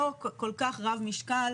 לא כל-כך רב משקל,